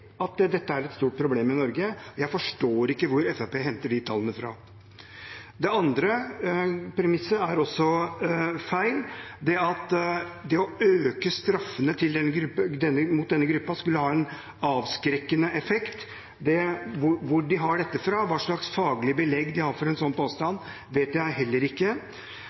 at dette er et stort problem i Norge. Jeg forstår ikke hvor Fremskrittspartiet henter de tallene fra. Det andre premisset er også feil – det at det å øke straffene for denne gruppen skulle ha en avskrekkende effekt. Hvor de har dette fra, hva slags faglig belegg de har for en sånn påstand, vet jeg heller ikke.